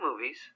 movies